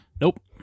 Nope